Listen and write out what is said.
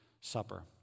Supper